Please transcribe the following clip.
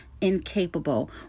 incapable